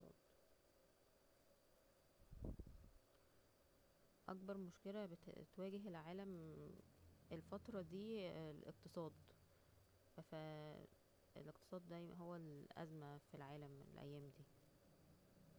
اكبر مشكلة بتواجه العالم الفترة دي الاقتصاد الاقتصاد دايما هو الأزمة في العالم الايام دي